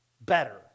better